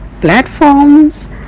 platforms